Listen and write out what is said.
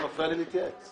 אתה מפריע לי להתייעץ.